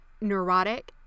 neurotic